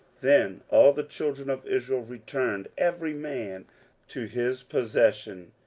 then all the children of israel returned, every man to his possession,